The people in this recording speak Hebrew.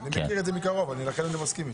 אני מכיר את זה מקרוב, לכן אני מסכים איתו.